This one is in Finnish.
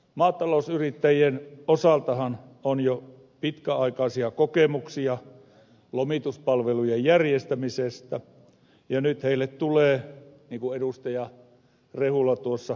maatalousyrittäjien osaltahan on jo pitkäaikaisia kokemuksia lomituspalvelujen järjestämisestä ja nyt heille tulee niin kuin ed